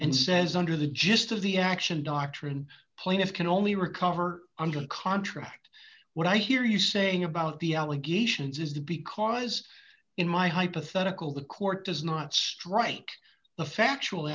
and says under the gist of the action doctrine plaintiff can only recover under contract what i hear you saying about the allegations is that because in my hypothetical the court does not strike the factual